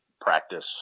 practice